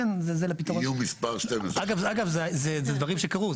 איום מספר 12. אגב אלו דברים שקרו,